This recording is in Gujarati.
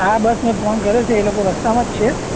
હા બસ મેં ફોન કર્યો છે એ લોકો રસ્તામાં જ છે